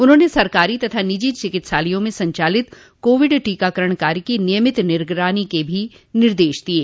उन्होंने सरकारी तथा निजी चिकित्सालयों में संचालित कोविड टीकाकरण कार्य की नियमित निगरानी करने के भी निर्देश दिये